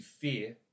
fear